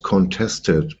contested